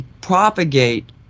propagate